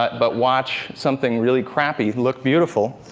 but but watch something really crappy look beautiful.